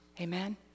Amen